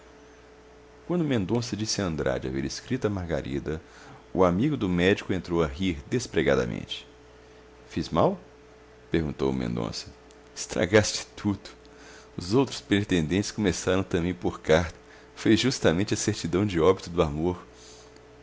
quando mendonça disse a andrade haver escrito a margarida o amigo do médico entrou a rir despregadamente fiz mal perguntou mendonça estragaste tudo os outros pretendentes começaram também por carta foi justamente a certidão de óbito do amor